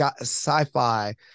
sci-fi